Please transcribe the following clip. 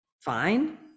fine